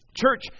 church